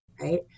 right